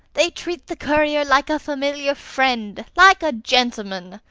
they treat the courier like a familiar friend like a gentleman.